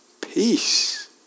peace